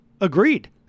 Agreed